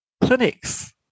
clinics